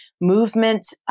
movement